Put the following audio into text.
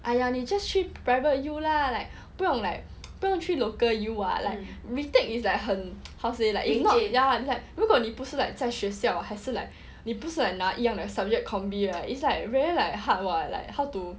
!aiya! you just 去 private U lah like 不用 like 不用去 local U [what] like retake is like 很 how to say like not ya like 如果你不是 like 在学校还是 like 你不是很拿一样的 subject combi right it's like really like hard work ah like how to